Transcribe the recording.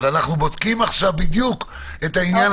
אנו בודקים את זה.